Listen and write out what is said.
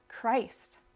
Christ